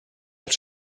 els